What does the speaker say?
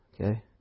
Okay